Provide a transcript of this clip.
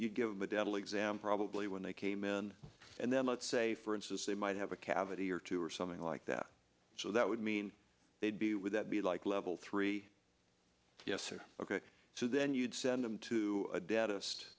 you give the devil exam probably when they came in and then let's say for instance they might have a cavity or two or something like that so that would mean they'd be would that be like level three yes or ok so then you'd send them to a dentist